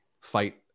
fight